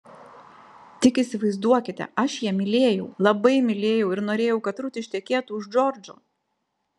tik įsivaizduokite aš ją mylėjau labai mylėjau ir norėjau kad rut ištekėtų už džordžo